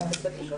שעל